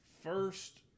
first